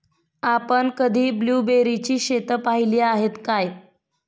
आपण कधी ब्लुबेरीची शेतं पाहीली आहेत काय?